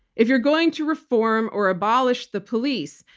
if you're going to reform or abolish the police,